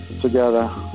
Together